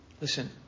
Listen